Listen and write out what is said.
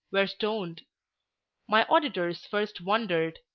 were stoned my auditors first wondered,